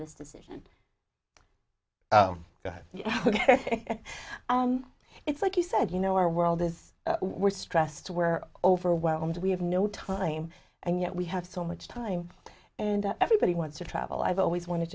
this decision oh ok it's like you said you know our world is were stressed were overwhelmed we have no time and yet we have so much time and everybody wants to travel i've always wanted